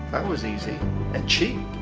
was easy and cheap.